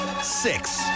six